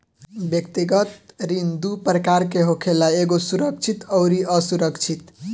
व्यक्तिगत ऋण दू प्रकार के होखेला एगो सुरक्षित अउरी असुरक्षित